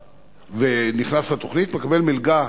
גבוהה ונכנס לתוכנית מקבל מלגה